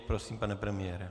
Prosím, pane premiére.